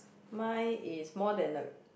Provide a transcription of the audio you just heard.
mine is more than the